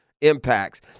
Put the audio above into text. Impacts